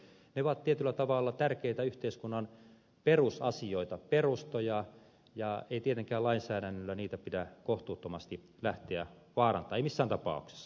ne ovat tietyllä tavalla tärkeitä yhteiskunnan perusasioita perustoja eikä tietenkään lainsäädännöllä niitä pidä kohtuuttomasti lähteä vaarantamaan ei missään tapauksessa